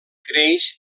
creix